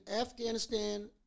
Afghanistan